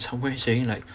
somewhere saying like